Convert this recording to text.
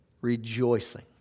Rejoicing